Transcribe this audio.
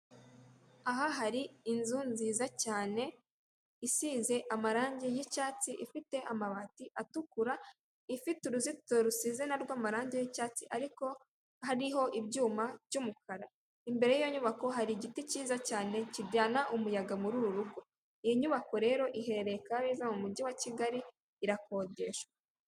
Aha hari inzu nziza cyane, isinze amarangi y'icyatsi, ifite amabati atukura, ifite uruzitiro rusize narwo amarangi yicyatsi ariko hariho ibyuma byumukara imbere yiyo nyubako hari igiti cyiza cyane kijyana umuyaga muri uru rugo, iyi nyubako rero iherereye kabeza mu mujyi wa kigali irakodesha.